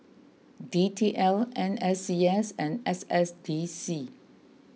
D T L N S E S and S S D C